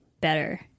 better